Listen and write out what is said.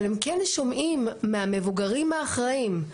אבל הם כן שומעים מהמבוגרים האחראיים,